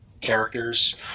characters